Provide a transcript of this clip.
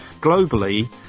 Globally